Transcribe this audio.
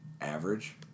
Average